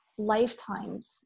Lifetimes